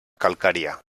calcària